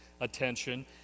attention